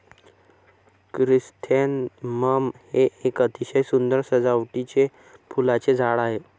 chrysanthemum हे एक अतिशय सुंदर सजावटीचे फुलांचे झाड आहे